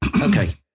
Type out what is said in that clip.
okay